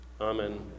Amen